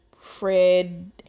Fred